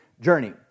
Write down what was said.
journey